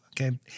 Okay